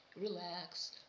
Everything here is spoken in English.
relax